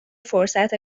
فرصت